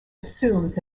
assumes